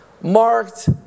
marked